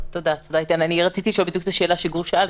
אני רציתי לשאול בדיוק את השאלה שגור שאל,